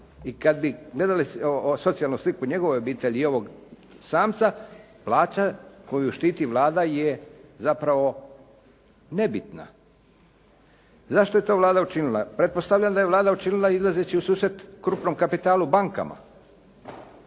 i kada bi gledali socijalnu sliku njegove obitelji i ovog samca, plaća koju štiti Vlada je zapravo nebitna. Zašto je to Vlada učinila? Pretpostavljam da je Vlada učinila izlazeći u susret krupnom kapitalu bankama,